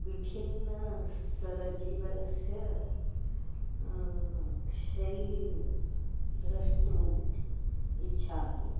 विभिन्नस्तरजीवनस्य शैलीं द्रष्टुम् इच्छामि